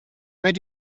where